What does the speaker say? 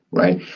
right?